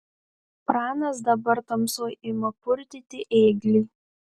pranas dabar tamsoj ima purtyti ėglį